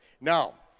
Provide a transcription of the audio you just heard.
now,